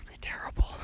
terrible